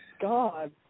God